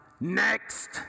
Next